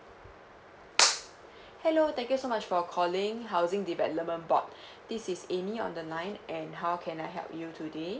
hello thank you so much for calling housing development board this is amy on the line and how can I help you today